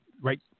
Right